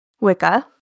Wicca